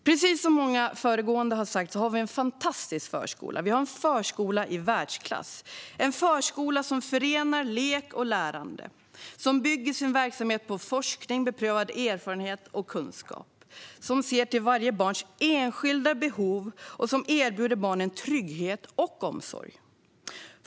Precis som många föregående talare har sagt har vi en fantastisk förskola - en förskola i världsklass. Det är en förskola som förenar lek och lärande, som bygger sin verksamhet på forskning, beprövad erfarenhet och kunskap, som ser till varje barns enskilda behov och som erbjuder barnen trygghet och omsorg.